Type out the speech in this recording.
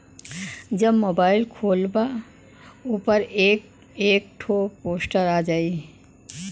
जब मोबाइल खोल्बा ओपर एक एक ठो पोस्टर आ जाई